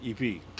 EP